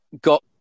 got